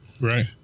Right